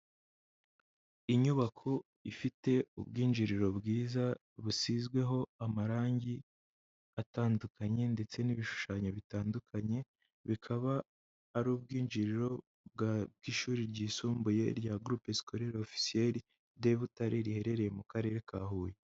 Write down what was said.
Inyubako ifite ubwinjiriro bwiza, busizweho amarangi atandukanye, ndetse n'ibishushanyo bitandukanye, bikaba ari ubwinjiriro bw'ishuri ryisumbuye rya Groupe scolaire officiel de Butare, riherereye mu Karere ka Huye.